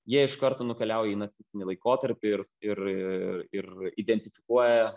jie iš karto nukeliauja į nacistinį laikotarpį ir ir ir identifikuoja